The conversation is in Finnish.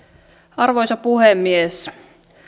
arvoisa puhemies